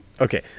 Okay